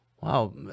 wow